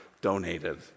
donated